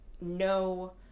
no